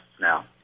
now